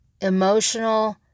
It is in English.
emotional